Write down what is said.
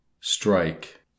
strike